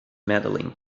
medaling